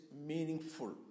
meaningful